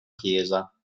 chiesa